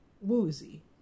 Woozy